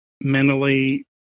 mentally